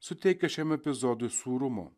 suteikė šiam epizodui sūrumo